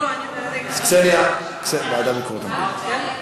ביקורת המדינה.